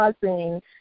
causing